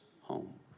home